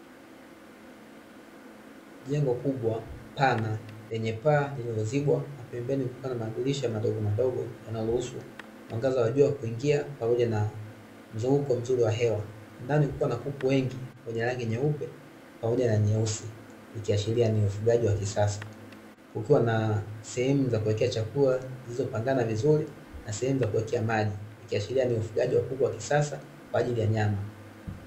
Jengo kubwa pana lenye paa lililozibwa na pembeni kukiwa na madirisha madogomadogo yanayoruhusu mwangaza wa jua kuingia pamoja na mzunguko mzuri wa hewa ndani kukiwa na kuku wengi wenye rangi nyeupe pamoja na nyeusi ikiashiria ni ufugaji wa kisasa kukiwa na sehemu za kuwekea chakula zilizopangana vizuri na sehemu za kuwekea maji ikiashiria ni ufugaji wa kuku wa kisasa kwa ajili ya nyama.